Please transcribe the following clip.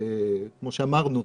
כמו שאמרנו,